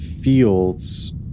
fields